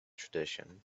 tradition